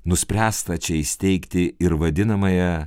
nuspręsta čia įsteigti ir vadinamąją